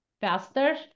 faster